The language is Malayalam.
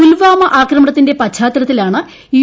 പുൽവാമ ആക്രമണത്തിന്റെ പശ്ചാത്തലത്തിലാണ് യു